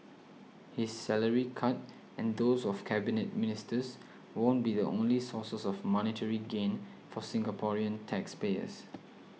his salary cut and those of Cabinet Ministers won't be the only sources of monetary gain for Singaporean taxpayers